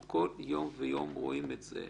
אנחנו כל יום ויום רואים את התופעה הזאת.